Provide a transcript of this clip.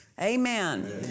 Amen